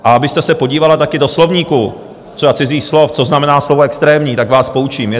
A abyste se podívala taky do slovníku třeba cizích slov, co znamená slovo extrémní, tak vás poučím.